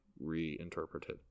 reinterpreted